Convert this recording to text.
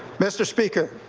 mr. speaker,